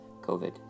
COVID